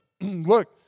Look